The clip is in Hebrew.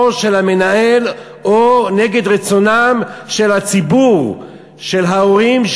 של המנהל או נגד רצונו של ציבור ההורים,